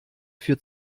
für